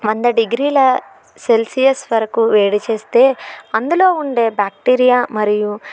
వంద డిగ్రీల సెల్సియస్ వరకు వేడి చేస్తే అందులో ఉండే బ్యాక్టీరియా మరియు